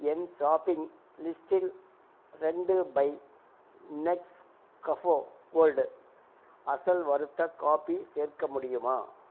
என் shopping லிஸ்டில் ரெண்டு பை நெஸ்கஃபோ கோல்டு அசல் வறுத்த காபி சேர்க்க முடியுமா